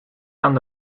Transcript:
aan